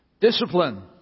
Discipline